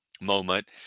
moment